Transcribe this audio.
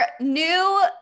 new